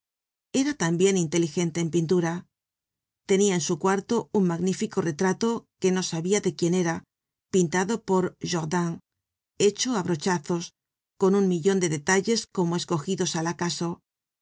era tambien inteligente en pintura tenia en su cuarto un magnífico retrato que no sabia de quién era pintado por jordaens hecho á brochazos con un millon de detalles como escogidos al acaso